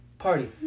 party